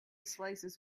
slices